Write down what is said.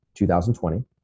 2020